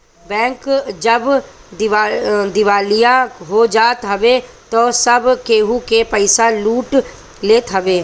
bank जब दिवालिया हो जात हवे तअ सब केहू के पईसा लूट लेत हवे